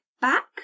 back